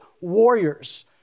warriors